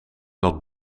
dat